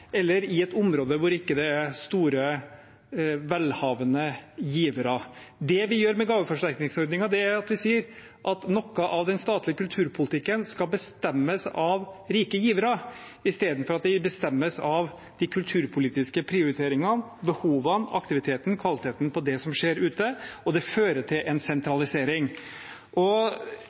eller at de holder til i et område hvor det ikke er noen store velhavende givere. Det vi gjør med gaveforsterkningsordningen, er å si at noe av den statlige kulturpolitikken skal bestemmes av rike givere, istedenfor at det bestemmes av de kulturpolitiske prioriteringene, behovene, aktiviteten og kvaliteten på det som skjer ute. Det fører til en sentralisering.